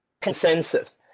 consensus